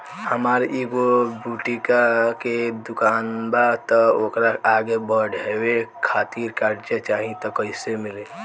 हमार एगो बुटीक के दुकानबा त ओकरा आगे बढ़वे खातिर कर्जा चाहि त कइसे मिली?